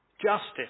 justice